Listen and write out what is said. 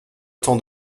temps